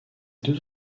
deux